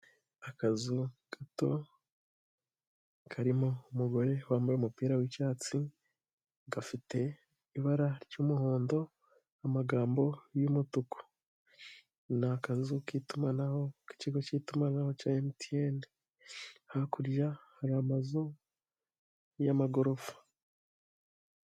Akazu gato karimo umugore wambaye umupira w'icyatsi, gafite ibara ry'umuhondo n'amagambo y'umutuku, ni akazu k'itumanaho k'ikigo k'itumanaho cya MTN, hakurya hari amazu y'amagorofa.